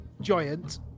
Giant